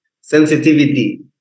sensitivity